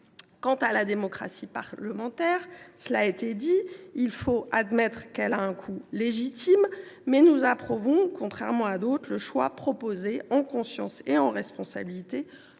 Quant à la démocratie parlementaire, s’il faut admettre qu’elle a un coût légitime, nous approuvons là aussi, contrairement à d’autres, le choix, proposé en conscience et en responsabilité,